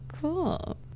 Cool